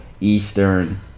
Eastern